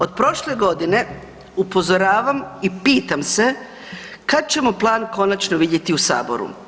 Od prošle godine upozoravam i pitam se kad ćemo plan konačno vidjeti u saboru?